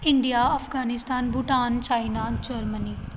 India Afghanistan Bhutan China Germany